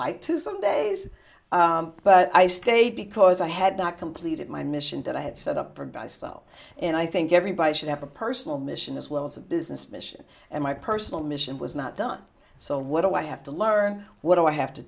liked to some days but i stayed because i had not completed my mission that i had set up for by self and i think everybody should have a personal mission as well as a business mission and my personal mission was not done so what do i have to learn what do i have to